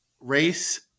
race